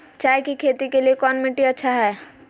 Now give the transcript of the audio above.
चाय की खेती के लिए कौन मिट्टी अच्छा हाय?